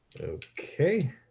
Okay